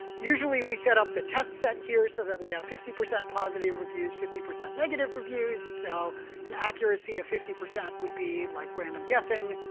usually, we set up the test set here so that we have fifty percent positive reviews, fifty percent negative reviews. so an accuracy of fifty percent would be like random guessing.